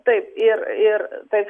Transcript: taip ir ir tai